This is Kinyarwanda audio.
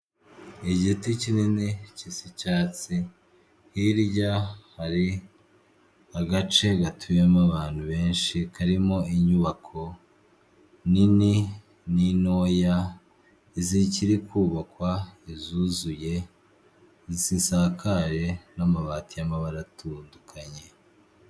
Igiti kinini gisa icyatsi, hirya hari agace gatuyemo abantu benshi, karimo inyubako nini n'intoya zikiri kubakwa, izuzuye zisakaye n'amabati y'amabara atandukanye.